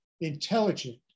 intelligent